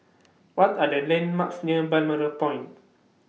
What Are The landmarks near Balmoral Point